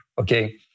okay